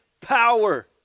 power